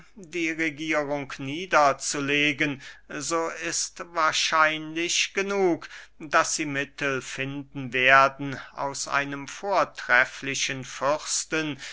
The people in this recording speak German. die regierung niederzulegen so ist wahrscheinlich genug daß sie mittel finden werden aus einem vortrefflichen fürsten